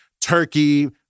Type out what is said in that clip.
Turkey